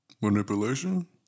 Manipulation